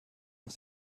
aus